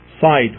side